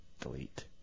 Delete